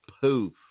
poof